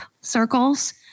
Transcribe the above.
circles